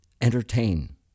entertain